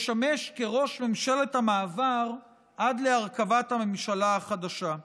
ישמש כראש ממשלת המעבר עד להרכבת הממשלה החדשה.